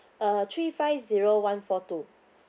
uh three five zero one four two